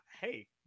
Hey